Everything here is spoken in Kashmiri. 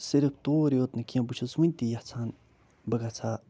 صرف توٗرۍ یوت نہٕ کیٚنٛہہ بہٕ چھُس وٕنۍ تہِ یَژھان بہٕ گژھٕ ہہ